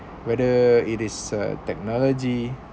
whether it is a technology